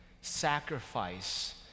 sacrifice